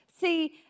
See